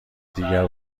دیگر